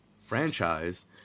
franchise